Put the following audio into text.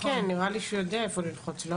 לפי זה נבין מדוע היינו צריכים לשנות את המודל.